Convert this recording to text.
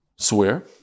Swear